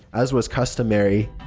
as was customary.